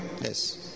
Yes